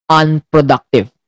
unproductive